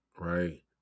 Right